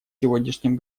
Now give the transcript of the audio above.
сегодняшнем